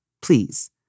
please